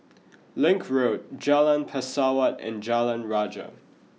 Link Road Jalan Pesawat and Jalan Rajah